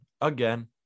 again